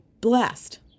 blessed